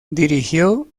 dirigió